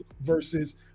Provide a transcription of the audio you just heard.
versus